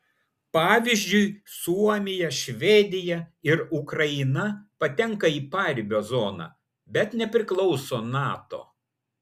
pavyzdžiui suomija švedija ir ukraina patenka į paribio zoną bet nepriklauso nato